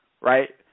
right